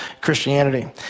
Christianity